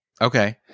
Okay